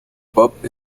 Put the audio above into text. pop